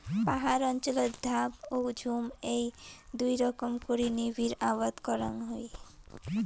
পাহাড় অঞ্চলত ধাপ ও ঝুম এ্যাই দুই রকম করি নিবিড় আবাদ করাং হই